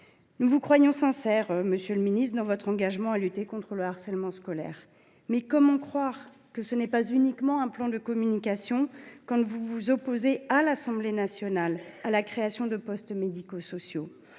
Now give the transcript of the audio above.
Nous vous croyons sincère, monsieur le ministre, dans votre engagement à lutter contre le harcèlement scolaire ; pour autant, comment croire qu’il ne s’agit pas uniquement d’un plan de communication quand vous vous opposez, à l’Assemblée nationale, à la création de postes médico sociaux ?